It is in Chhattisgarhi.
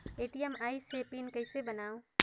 ए.टी.एम आइस ह पिन कइसे बनाओ?